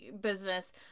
business